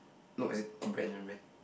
no as in brand in brand